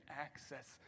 access